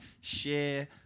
share